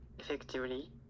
Effectively